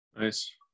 Nice